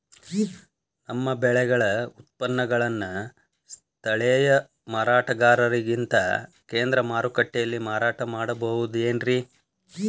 ನಮ್ಮ ಬೆಳೆಗಳ ಉತ್ಪನ್ನಗಳನ್ನ ಸ್ಥಳೇಯ ಮಾರಾಟಗಾರರಿಗಿಂತ ಕೇಂದ್ರ ಮಾರುಕಟ್ಟೆಯಲ್ಲಿ ಮಾರಾಟ ಮಾಡಬಹುದೇನ್ರಿ?